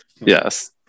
yes